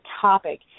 topic